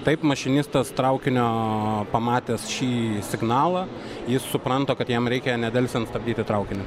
taip mašinistas traukinio pamatęs šį signalą jis supranta kad jam reikia nedelsiant stabdyti traukinį